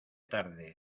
tarde